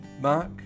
Mark